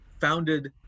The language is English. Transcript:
founded